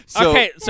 Okay